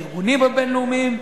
הארגוניים הבין-לאומיים,